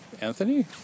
Anthony